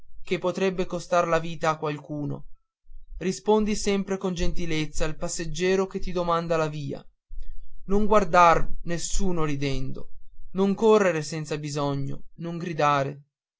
che potrebbe costar la vita a qualcuno rispondi sempre con gentilezza al passeggiero che ti domanda la via non guardar nessuno ridendo non correre senza bisogno non gridare